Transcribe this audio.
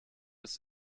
des